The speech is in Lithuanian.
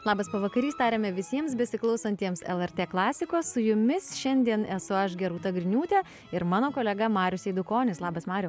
labas pavakarys tariame visiems besiklausantiems lrt klasikos su jumis šiandien esu aš gerūta griniūtė ir mano kolega marius eidukonis labas mariau